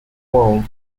world